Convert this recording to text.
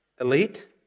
elite